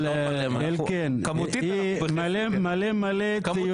אבל אלקין, היא מלא, מלא, ציוצים שלה.